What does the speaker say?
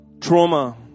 trauma